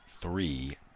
three